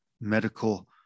medical